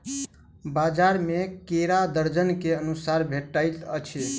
बजार में केरा दर्जन के अनुसारे भेटइत अछि